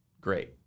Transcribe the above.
great